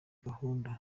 gahunda